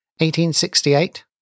1868